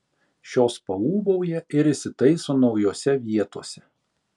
šios paūbauja ir įsitaiso naujose vietose